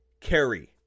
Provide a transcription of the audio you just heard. carry